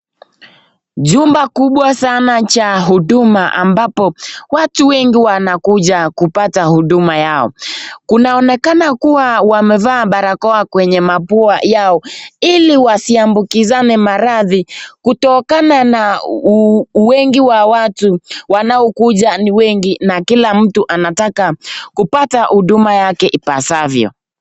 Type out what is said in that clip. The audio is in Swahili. Jumba kubwa sana cha huduma ambapo watu wengi wanakuja kupata huduma yao, kunaonekana kuwa wamevaa barakoa kwenye mapua yao ili wasiambukizane marathi kutokana na wingi wa watu wanaokuja ni wengi na kila mtu anataka kupata huduma yake ipasavyo.